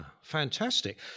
fantastic